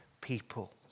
people